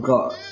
God